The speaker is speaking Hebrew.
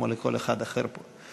כמו לכל אחד אחר פה.